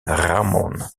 ramon